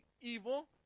evil